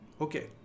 okay